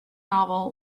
novel